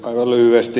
aivan lyhyesti